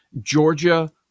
Georgia